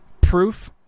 proof